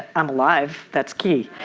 i'm alive. that's key.